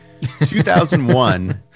2001